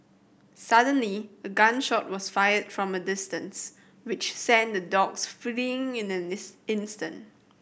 suddenly a gun shot was fired from a distance which sent the dogs fleeing in an instant